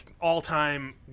all-time